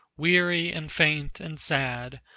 weary and faint and sad,